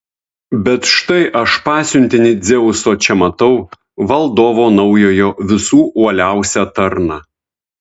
bet štai aš pasiuntinį dzeuso čia matau valdovo naujojo visų uoliausią tarną